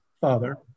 father